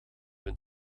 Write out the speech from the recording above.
een